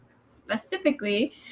Specifically